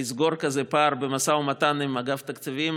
לסגור כזה פער במשא ומתן עם אגף התקציבים.